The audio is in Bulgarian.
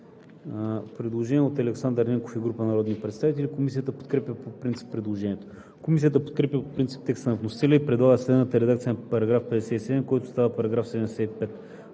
предложение от Александър Ненков и група народни представители. Комисията подкрепя по принцип предложението. Комисията подкрепя по принцип текста на вносителя и предлага следната редакция на § 25, който става § 36: „§ 36.